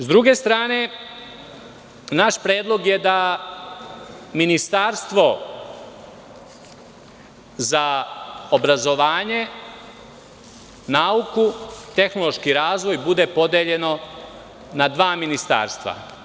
S druge strane, naš predlog je da Ministarstvo za obrazovanje, nauku i tehnološki razvoj bude podeljeno na dva ministarstva.